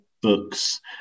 books